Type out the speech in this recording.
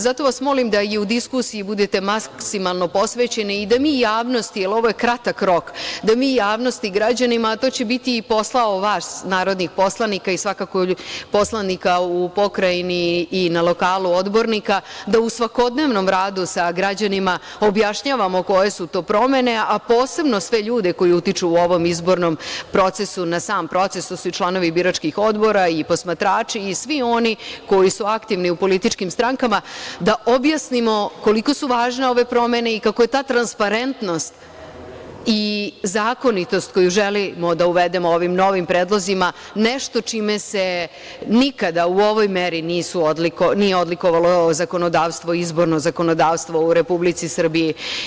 Zato vas molim da i u diskusiji budete maksimalno posvećeni i da mi javnosti, jer ovo je kratak rok, da mi javnosti, građanima, a to će biti i posao vas narodnih poslanika i svakako poslanika u pokrajini i na lokalu odbornika, da u svakodnevnom radu sa građanima objašnjavamo koje su to promene, a posebno sve ljude koji utiču u ovom izbornom procesu na sam proces to su i članovi biračkih odbora i posmatrači i svi oni koji su aktivni u političkim strankama, da objasnimo koliko su važne ove promene i kako je ta transparentnost i zakonitost koju želimo da uvedemo ovim novim predlozima nešto čime se nikada u ovoj meri nije odlikovalo izborno zakonodavstvo u Republici Srbiji.